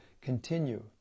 continue